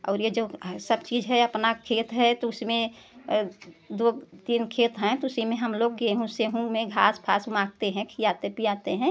और ये जो सब चीज़ है अपना खेत है तो उसमें दो तीन खेत हैं तो उसी में हम लोग गेहूँ सेहूँ में घास फास माघते हैं खियाते पियाते हैं